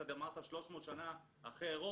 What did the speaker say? אתה אמרת 300 שנה אחרי אירופה,